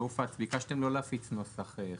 ביקשתם לא להפיץ נוסח חדש.